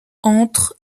entre